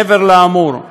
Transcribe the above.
מעבר לאמור,